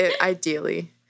Ideally